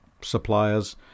suppliers